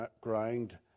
ground